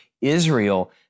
Israel